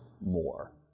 more